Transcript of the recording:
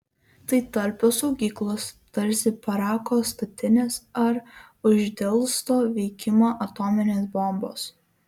tai talpios saugyklos tarsi parako statinės ar uždelsto veikimo atominės bombos